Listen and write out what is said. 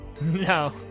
No